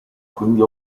quindi